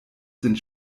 sind